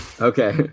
Okay